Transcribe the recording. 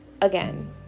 again